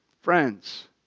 Friends